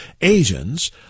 Asians